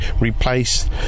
replaced